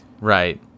Right